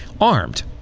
armed